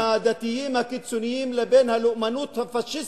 כאשר יש התחברות בין החוגים הדתיים הקיצוניים לבין הלאומנות הפאשיסטית,